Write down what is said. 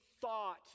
thought